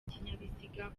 ikinyabiziga